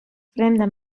fremda